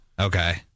Okay